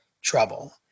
trouble